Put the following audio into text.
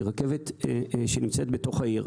היא רכבת שנמצאת בתוך העיר.